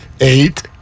eight